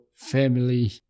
family